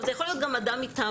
זה יכול להיות גם אדם מטעמו.